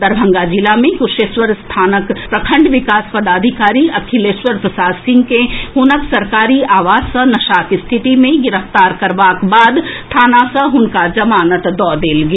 दरभंगा जिला मे कुशेश्वरस्थानक प्रखंड विकास पदाधिकारी अखिलेश्वर प्रसाद सिंह के हुनक सरकारी आवास सँ नशाक स्थिति मे गिरफ्तार करबाक बाद थाना सँ हुनका जमानत दऽ देल गेल